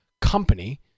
Company